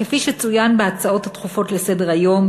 כפי שצוין בהצעות הדחופות לסדר-היום,